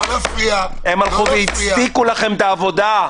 הם הלכו והצדיקו לכם את העבודה.